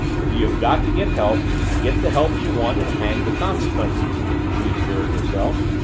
if you have got to get help get the help you want and hang the consequences! she adjured herself.